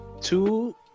Two